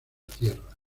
tierra